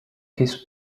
his